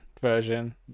version